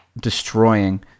destroying